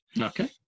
okay